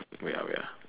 wait ah wait ah